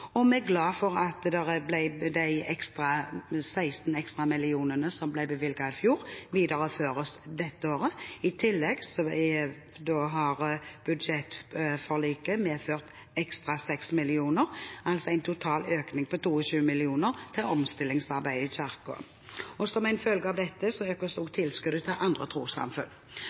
og vi er glade for at de 16 mill. kr ekstra som ble bevilget i fjor, videreføres dette året. I tillegg har budsjettforliket medført ekstra 6 mill. kr, altså en total økning på 22 mill. kr til omstillingsarbeidet i Kirken. Som en følge av dette økes